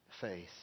faith